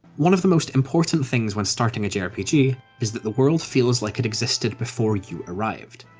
one of the most important things when starting a jrpg is that the world feels like it existed before you arrived.